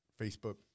Facebook